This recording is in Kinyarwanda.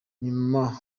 nyuma